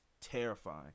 terrifying